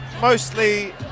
mostly